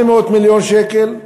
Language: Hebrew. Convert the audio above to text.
800 מיליון שקל,